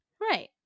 Right